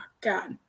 God